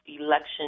election